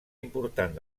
important